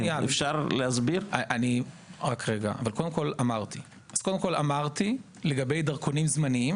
קודם כל, אמרתי לגבי דרכונים זמניים